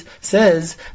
says